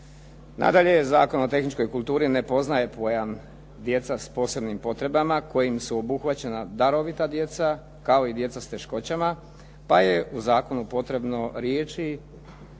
Nadalje, Zakon o tehničkoj kulturi ne poznaje pojam djeca s posebnim potrebama kojim su obuhvaćena darovita djeca kao i djeca s teškoćama, pa je u zakonu potrebno riječi